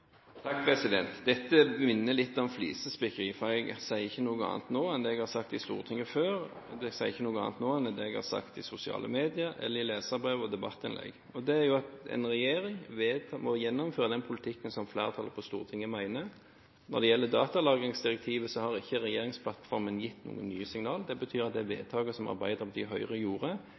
Dette minner litt om flisespikkeri. Jeg sier ikke noe annet nå enn det jeg før har sagt i Stortinget, i sosiale medier, i leserbrev og i debattinnlegg, og det er at en regjering vedtar å gjennomføre den politikken som flertallet på Stortinget mener. Når det gjelder datalagringsdirektivet, har ikke regjeringsplattformen gitt noen nye signaler. Det betyr at det vedtaket som Arbeiderpartiet og Høyre gjorde,